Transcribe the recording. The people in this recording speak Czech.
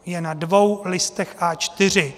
Je na dvou listech A4.